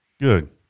Good